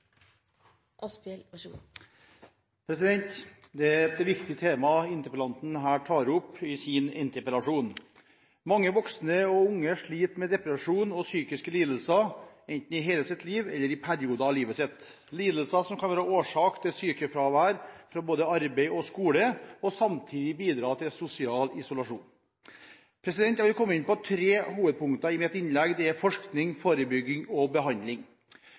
unge sliter med depresjon og psykiske lidelser – enten i hele sitt liv eller i perioder av livet sitt. Slike lidelser kan være årsak til sykefravær både fra arbeid og skole og samtidig bidra til sosial isolasjon. Jeg vil komme inn på tre hovedpunkter i mitt innlegg. Det er forskning, forebygging og behandling.